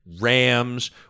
Rams